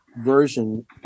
version